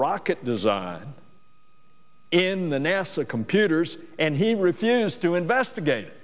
rocket design in the nasa computers and he refused to investigate